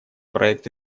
проект